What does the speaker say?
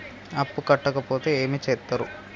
అప్పు కట్టకపోతే ఏమి చేత్తరు?